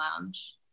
Lounge